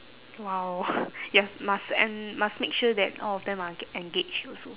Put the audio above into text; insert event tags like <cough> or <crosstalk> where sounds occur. !wow! <noise> yes must and must make sure that all of them are ga~ engaged also